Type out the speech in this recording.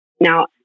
Now